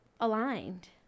aligned